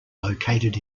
located